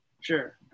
sure